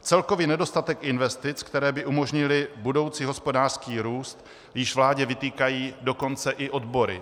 Celkový nedostatek investic, které by umožnily budoucí hospodářský růst, již vládě vytýkají dokonce i odbory.